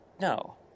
No